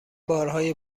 بارهای